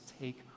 take